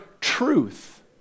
truth